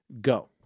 Go